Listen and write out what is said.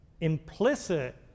implicit